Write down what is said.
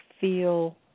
feel